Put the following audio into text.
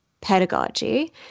pedagogy